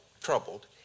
troubled